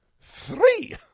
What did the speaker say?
Three